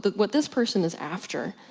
but what this person is after,